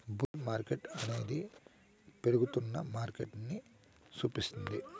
bull మార్కెట్టనేది పెరుగుతున్న మార్కెటని సూపిస్తుంది